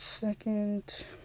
second